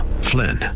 Flynn